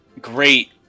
great